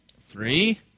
three